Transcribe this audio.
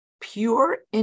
pure